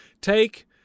Take